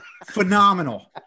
Phenomenal